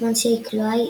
בזמן שהיא כלואה,